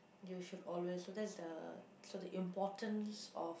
you should always so that's the so the importance of